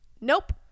nope